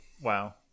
Wow